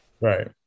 right